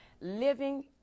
living